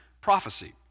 prophecy